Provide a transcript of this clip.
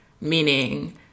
Meaning